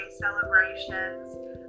celebrations